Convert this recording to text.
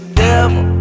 devil